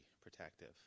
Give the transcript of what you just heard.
protective